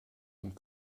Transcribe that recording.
und